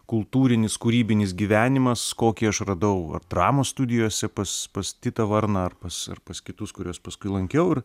kultūrinis kūrybinis gyvenimas kokį aš radau ar dramos studijose pas pas titą varną ar pas ar pas kitus kuriuos paskui lankiau ir